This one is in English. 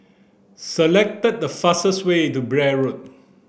select the fastest way to Blair Road